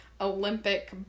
Olympic